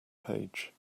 page